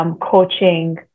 Coaching